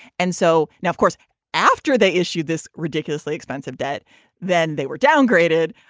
and so now of course after they issued this ridiculously expensive debt then they were downgraded.